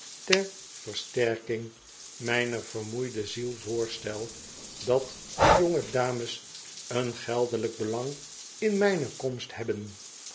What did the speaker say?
ter versterking mijner vermoeide ziel voorstel dat die jonge dames een geldelijk belang in mijne komst hebben